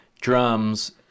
drums